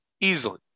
Easily